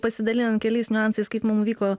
pasidalinant keliais niuansais kaip mum įvyko